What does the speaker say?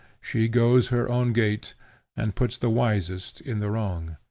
she goes her own gait and puts the wisest in the wrong.